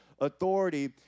authority